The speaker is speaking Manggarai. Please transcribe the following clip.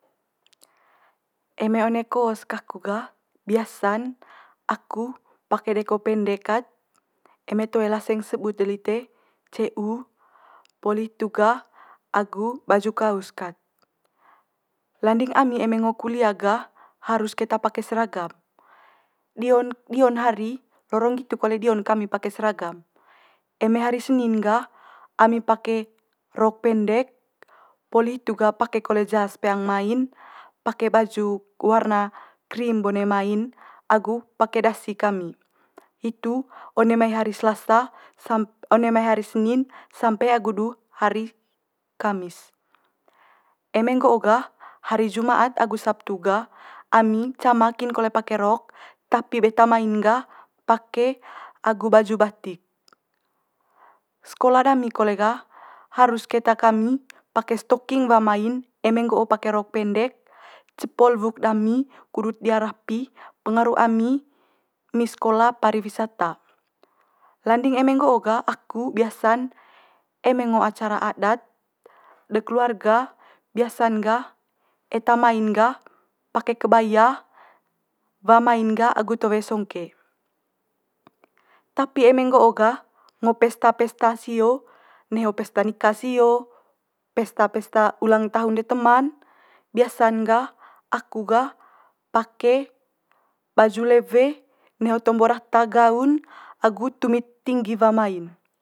eme one kos kaku gah biasa'n aku pake deko pendek kat eme toe laseng sebut lite ce- u, poli hitu gah agu baju kaus kat. landing ami eme ngo kulia gah harus keta pake seragam dio'n dio'n hari lorong nggitu kole dio'n kami pake seragam. Eme hari senin gah ami pake rok pendek poli hitu gah pake kole jas peang mai'n pake baju warna krim bone mai'n agu pake dasi kami. Hitu one mai hari selasa one mai hari senin sampe agu du hari kamis. Eme nggo'o gah hari jumat agu sabtu gah ami cama kin kole pake rok, tapi be ta mai'n gah pake agu baju batik. Sekola dami kole gah harus keta kami pake stoking wa mai'n eme nggo'o pake rok pendek cepol wuk dami kudut di'a rapi pengaru ami one sekola pariwisata. Landing eme nggo'o gah aku biasa'n eme ngo acara adat de keluarga biasa'n gah eta mai'n gah pake kebaya wa mai'n gah agu towe songke. Tapi eme nggo'o gah ngo pesta pesta sio, neho pesta nika sio pesta pesta ulang tahun de teman biasan gah aku gah pake baju lewe neho tombo data gaun agu tumit tinggi wa mai'n